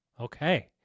okay